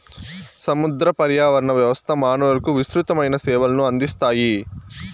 సముద్ర పర్యావరణ వ్యవస్థ మానవులకు విసృతమైన సేవలను అందిస్తాయి